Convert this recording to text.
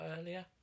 earlier